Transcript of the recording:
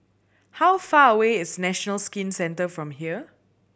how far away is National Skin Centre from here